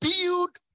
build